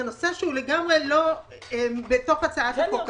זה נושא שלגמרי לא בתוך הצעת החוק הזה.